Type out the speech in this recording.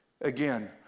again